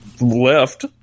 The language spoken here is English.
left